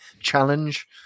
challenge